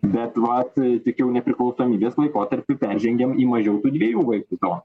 bet vat tik jau nepriklausomybės laikotarpiu peržengėm į mažiau dviejų vaikų zoną